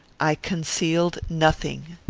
i concealed nothing.